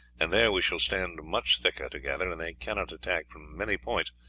and there we shall stand much thicker together, and they cannot attack from many points,